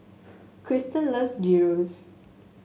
Kristan loves Gyros